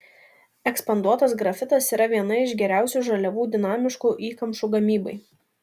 ekspanduotas grafitas yra viena iš geriausių žaliavų dinamiškų įkamšų gamybai